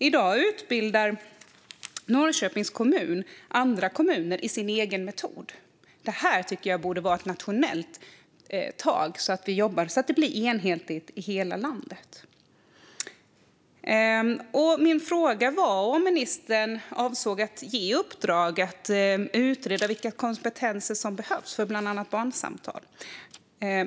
I dag utbildar Norrköpings kommun andra kommuner i sin egen metod. Det här tycker jag borde vara ett nationellt tag så att det blir enhetligt i hela landet. Min fråga var om ministern avsåg att ge ett uppdrag att utreda vilka kompetenser som behövs för bland annat barnsamtal.